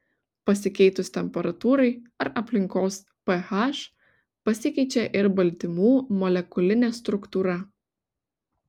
pasikeitus temperatūrai ar aplinkos ph pasikeičia ir baltymų molekulinė struktūra